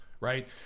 right